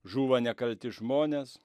žūva nekalti žmonės